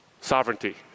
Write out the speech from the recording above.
Sovereignty